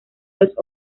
los